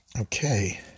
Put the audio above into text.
Okay